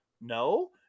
no